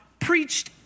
preached